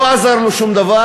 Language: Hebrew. לא עזר לו שום דבר,